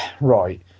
right